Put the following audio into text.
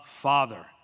Father